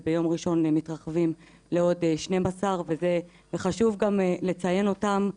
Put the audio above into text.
וביום ראשון הם מתרחבים לעוד 12. חשוב גם לציין אותם,